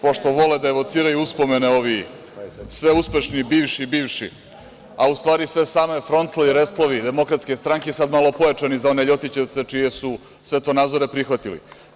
Pošto vole da evociraju uspomene ovi sve uspešni bivši, a u stvari sve same froncle i restlovi DS, sada malo pojačani za one ljotićevce čije su sve te nadzore prihvatili.